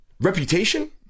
Reputation